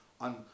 on